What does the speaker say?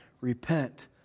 repent